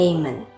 Amen